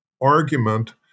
argument